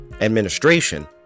administration